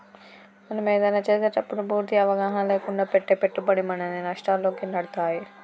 మనం ఏదైనా చేసేటప్పుడు పూర్తి అవగాహన లేకుండా పెట్టే పెట్టుబడి మనల్ని నష్టాల్లోకి నెడతాయి